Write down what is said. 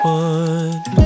one